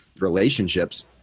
relationships